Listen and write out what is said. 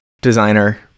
designer